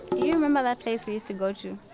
you remember that place we used to go to,